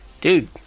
dude